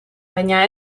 baina